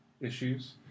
issues